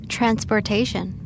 Transportation